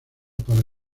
para